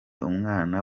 umwana